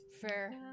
Fair